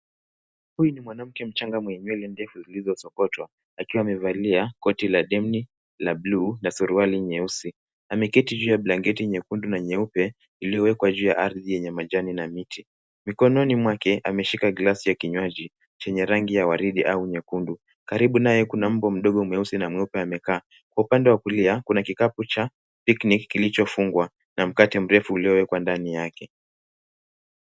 Huyu ni mwanamke mchanga mwenye nywele ndefu zilizosokotwa akiwa amevalia koti la denim la bluu na suruali nyeusi. Ameketi juu ya blanketi nyekundu na nyeupe, iliyowekwa juu ya ardhi yenye majani na miti. Mikononi mwake ameshika gilasi ya kinywaji, chenye rangi ya waridi au nyekundu. Karibu naye kuna mbwa mweusi na mweupe amekaa. Kwa upande wa kulia, kuna kikapu cha picnic kilichofungwa na mkate mrefu uliowekwa ndani yake.